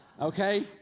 okay